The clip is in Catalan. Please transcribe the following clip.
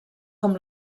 com